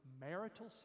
marital